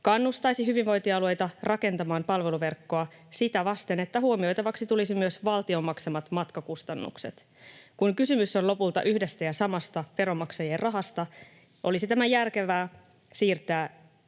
kannustaisi hyvinvointialueita rakentamaan palveluverkkoa sitä vasten, että huomioitavaksi tulisivat myös valtion maksamat matkakustannukset. Kun kysymys on lopulta yhdestä ja samasta veronmaksajien rahasta, olisi tämä järkevää siirtää